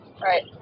Right